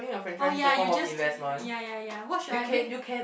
oh ya you just ya ya ya what should I bring